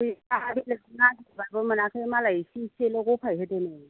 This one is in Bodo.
आंहा आरो बेखौ नागिरबाबो मोनाखै मालाय नोंसिनि थिंजायल' गफाय होदोंनो